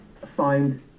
find